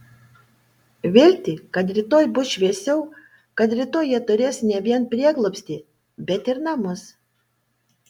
viltį kad rytoj bus šviesiau kad rytoj jie turės ne vien prieglobstį bet ir namus